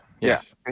Yes